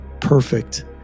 perfect